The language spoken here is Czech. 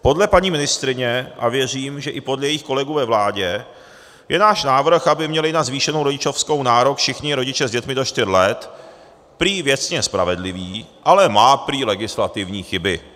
Podle paní ministryně, a věřím, že i podle jejích kolegů ve vládě, je náš návrh, aby měli na zvýšenou rodičovskou nárok všichni rodiče s dětmi do čtyř let, prý věcně spravedlivý, ale má prý legislativní chyby.